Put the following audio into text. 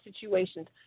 situations